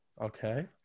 Okay